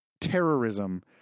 terrorism